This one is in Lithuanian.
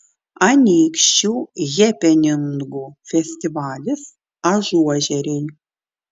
anykščių hepeningų festivalis ažuožeriai